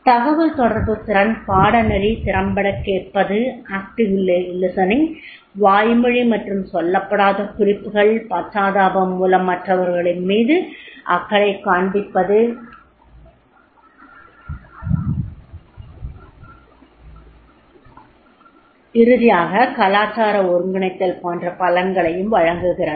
தகவல்தொடர்பு திறன் பாடநெறி திறம்படக் கேட்பது வாய்மொழி மற்றும் சொல்லப்படாத குறிப்புகள் பச்சாதாபம் மூலம் மற்றவர்கள்மீது அக்கறை காண்பிப்பது இறுதியாகக் கலாச்சார ஒருங்கிணைத்தல் போன்ற பலன்களையும் வழங்குகிறது